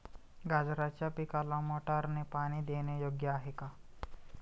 गाजराच्या पिकाला मोटारने पाणी देणे योग्य आहे का?